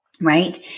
Right